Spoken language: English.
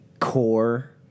core